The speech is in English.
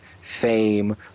fame